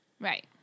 Right